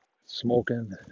Smoking